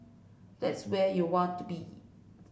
that's where you'll want to be